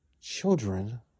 Children